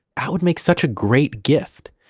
that would make such a great gift,